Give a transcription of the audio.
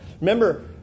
remember